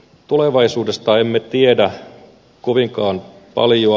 tulevaisuudesta emme tiedä kovinkaan paljoa